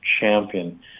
champion